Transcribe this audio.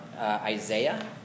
Isaiah